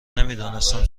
نمیدانستم